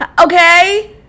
Okay